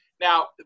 Now